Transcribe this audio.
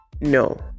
no